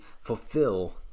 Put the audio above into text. fulfill